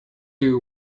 you